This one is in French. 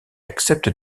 accepte